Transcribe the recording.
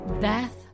death